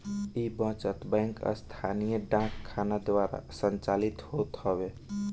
इ बचत बैंक स्थानीय डाक खाना द्वारा संचालित होत हवे